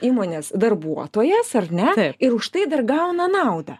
įmonės darbuotojas ar ne ir už tai dar gauna naudą